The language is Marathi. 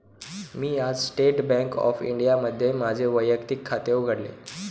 मी आज स्टेट बँक ऑफ इंडियामध्ये माझे वैयक्तिक खाते उघडले